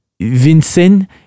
Vincent